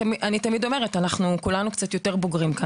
כולנו אנשים בוגרים,